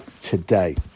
today